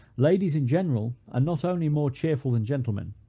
ladies, in general, are not only more cheerful than gentlemen,